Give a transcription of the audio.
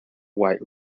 white